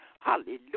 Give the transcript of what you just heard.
Hallelujah